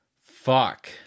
Fuck